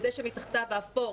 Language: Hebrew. מתחתיו האפור